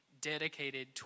dedicated